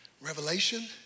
Revelation